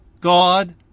God